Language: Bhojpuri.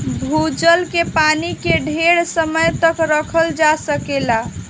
भूजल के पानी के ढेर समय तक रखल जा सकेला